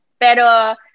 Pero